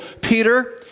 Peter